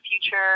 future